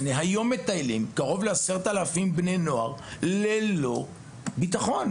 מטיילים קרוב ל-10 אלפים בני נוער בירושלים ללא ליווי של ביטחון.